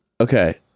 Okay